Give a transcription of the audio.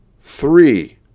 Three